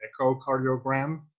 echocardiogram